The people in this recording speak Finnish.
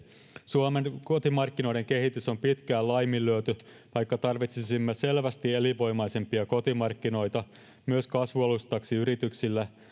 suomen kotimarkkinoiden kehitys on pitkään laiminlyöty vaikka tarvitsisimme selvästi elinvoimaisempia kotimarkkinoita myös kasvualustaksi yrityksille